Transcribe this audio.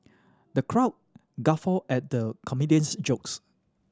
the crowd guffaw at the comedian's jokes